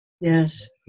Yes